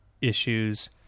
issues